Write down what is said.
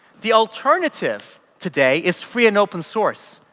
the alternative today is free and open source.